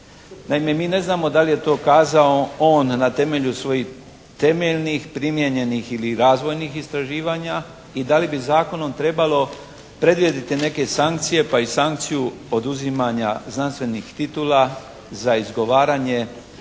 Naime, mi ne znamo da li je to kazao on na temelju svojih temeljnih primijenjenih ili razvojnih istraživanja i da li bi zakonom trebalo predvidjeti neke sankcije, pa i sankciju oduzimanja znanstvenih titula za izgovaranje